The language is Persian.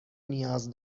نیاز